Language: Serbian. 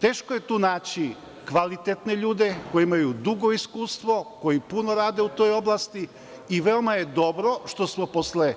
Teško je tu naći kvalitetne ljude koji imaju dugo iskustvo, koji puno rade u toj oblasti i veoma je dobro što smo posle